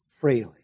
freely